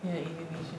ya indonesian